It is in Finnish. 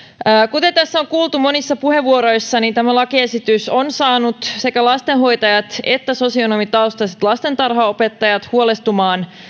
kuten tässä on kuultu monissa puheenvuoroissa tämä lakiesitys on saanut sekä lastenhoitajat että sosionomitaustaiset lastentarhanopettajat huolestumaan